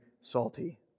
salty